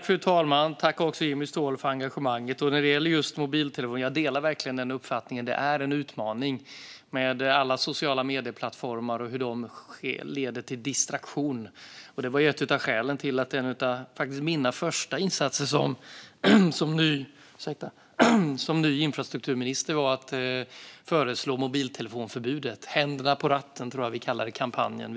Fru talman! Tack, Jimmy Ståhl, för engagemanget! När det gäller just mobiltelefoner delar jag verkligen uppfattningen att det är en utmaning med alla sociala medieplattformar och hur de leder till distraktion. Det var ett av skälen till att en av mina första insatser som ny infrastrukturminister var att föreslå mobiltelefonförbudet. Händerna på ratten, tror jag att vi kallade kampanjen.